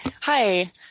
Hi